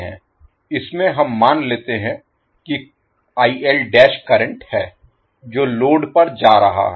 इसमें हम मान लेते हैं कि करंट है जो लोड पर जा रहा है